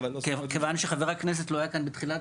כיוון שחבר הכנסת לא היה כאן בתחילת,